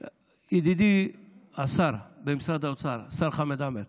ידידי השר במשרד האוצר השר חמד עמאר,